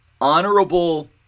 honorable